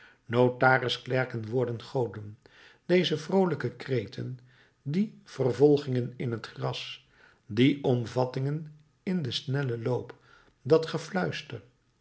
voort notaris klerken worden goden deze vroolijke kreten die vervolgingen in het gras die omvattingen in den snellen loop dat gefluister